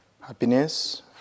happiness